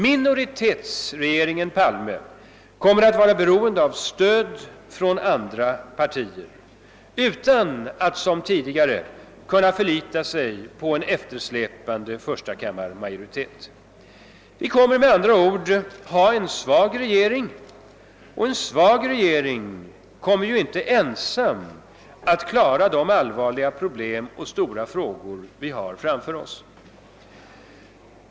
Minoritetsregeringen Palme kommer att vara beroende av stöd från andra partier utan att som tidigare kunna förlita sig på en eftersläpande förstakammarmajoritet. Vi kommer med andra ord att ha en svag regering och en sådan kommer ju inte ensam att klara de allvarliga problem och stora frågor vi har framför oss.